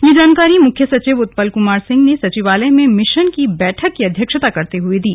यह जानकारी मुख्य सचिव उत्पल कुमार सिंह ने सचिवालय में मिशन की बैठक की अध्यक्षता करते हुए दी